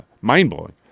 mind-blowing